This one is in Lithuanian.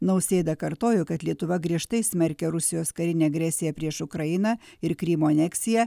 nausėda kartojo kad lietuva griežtai smerkia rusijos karinę agresiją prieš ukrainą ir krymo aneksiją